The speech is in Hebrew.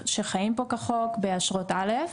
שחיים פה כחוק באשרות א'.